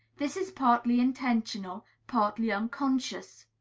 this is partly intentional, partly unconscious.